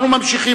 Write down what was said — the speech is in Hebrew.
אנחנו ממשיכים.